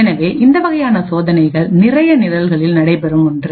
எனவே இந்த வகையானசோதனைகள் நிறைய நிரல்களில் நடைபெறும் ஒன்று